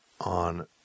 on